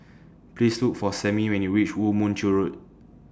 Please Look For Sammie when YOU REACH Woo Mon Chew Road